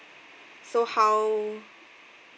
so how